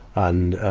and,